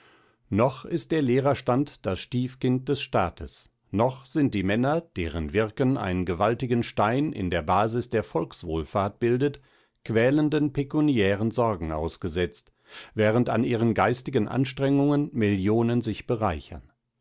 noch ist der lehrerstand das stiefkind des staates noch sind die männer deren wirken einen gewaltigen stein in der basis der volkswohlfahrt bildet quälenden pekuniären sorgen ausgesetzt während an ihren geistigen anstrengungen millionen sich bereichern